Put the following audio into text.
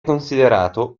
considerato